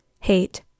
hate